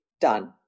done